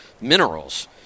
minerals